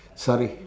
sorry